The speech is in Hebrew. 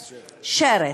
שֶרץ, שֶרץ.